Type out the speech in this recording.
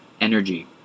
Energy